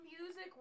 music